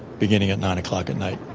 beginning at nine o'clock at night.